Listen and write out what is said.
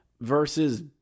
versus